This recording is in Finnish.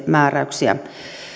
määräyksiä